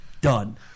Done